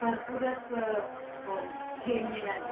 भरपूरच हे मिळालं